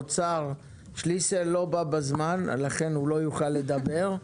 אוצר, שליסל לא בא בזמן, לכן הוא לא יוכל לדבר.